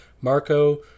Marco